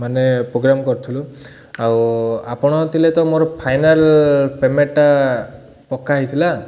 ମାନେ ପୋଗ୍ରାମ୍ କରୁଥିଲୁ ଆଉ ଆପଣ ଥିଲେ ତ ମୋର ଫାଇନାଲ୍ ପେମେଣ୍ଟ୍ଟା ପକ୍କା ହେଇଥିଲା